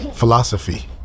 Philosophy